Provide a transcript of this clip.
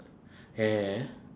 ya ya